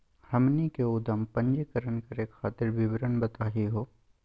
हमनी के उद्यम पंजीकरण करे खातीर विवरण बताही हो?